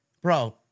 bro